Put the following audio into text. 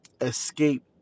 escape